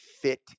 fit